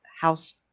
house